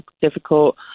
difficult